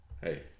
Hey